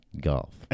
Golf